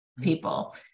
people